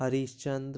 Harishchandra